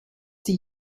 die